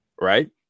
Right